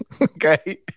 Okay